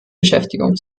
beschäftigung